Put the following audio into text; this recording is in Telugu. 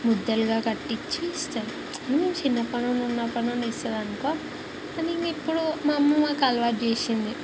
ముద్దలుగా కట్టిచ్చి ఇస్తుంది చిన్నప్పుడునుండి అప్పడినుండిస్తదనుకో కాని ఇప్పుడు మా అమ్మ మాకలవాటు చేసింది